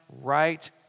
right